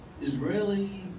Israeli